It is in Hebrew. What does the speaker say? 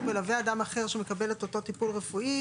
מלווה אדם אחר שהוא מקבל את אותו טיפול רפואי,